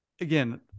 again